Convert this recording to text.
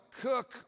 cook